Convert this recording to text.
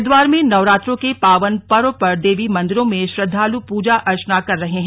हरिद्वार में नवरात्रों के पावन पर्व पर देवी मंदिरों में श्रद्वालु पूजा अर्चना कर रहे हैं